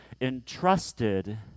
entrusted